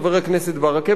בחוק הבסיסי,